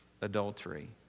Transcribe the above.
adultery